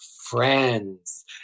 friends